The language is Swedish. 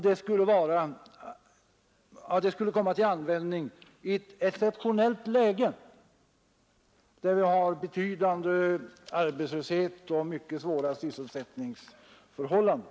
Detta skulle komma till användning i ett exceptionellt läge där vi har betydande arbetslöshet och mycket svåra sysselsättningsförhållanden.